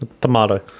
Tomato